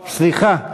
סליחה.